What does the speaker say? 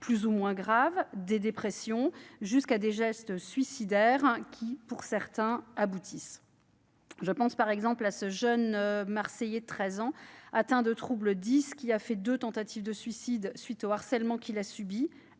plus ou moins graves, des dépressions, jusqu'à des gestes suicidaires dont certains aboutissent. Je pense, par exemple, à ce jeune marseillais de 13 ans, atteint de troubles « dys », qui a fait deux tentatives de suicide à la suite au harcèlement qu'il a subi,